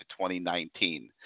2019